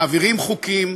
מעבירים חוקים